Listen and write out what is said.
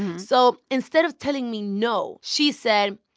so instead of telling me no, she said,